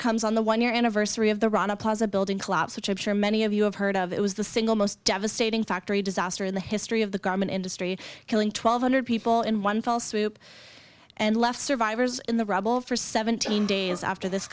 comes on the one year anniversary of the rana plaza building collapse which i'm sure many of you have heard of it was the single most devastating factory disaster in the history of the garment industry killing twelve hundred people in one fell swoop and left survivors in the rubble for seventeen days after this